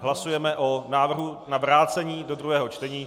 Hlasujeme o návrhu na vrácení do druhého čtení.